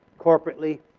corporately